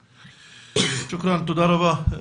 שוקראן, תודה רבה,